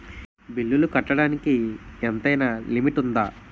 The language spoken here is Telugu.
బిల్లులు కట్టడానికి ఎంతైనా లిమిట్ఉందా?